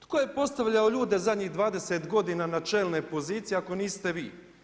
Tko je postavljao te ljude zadnjih 20 godina na čelne pozicije ako niste vi?